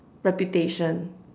reputation